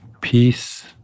Peace